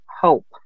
hope